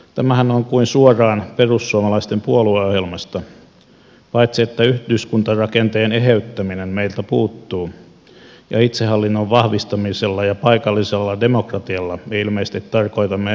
tämähän on kuin suoraan perussuomalaisten puolueohjelmasta paitsi että yhdyskuntarakenteen eheyttäminen meiltä puuttuu ja itsehallinnon vahvistamisella ja paikallisella demokratialla me ilmeisesti tarkoitamme eri asiaa